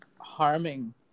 harming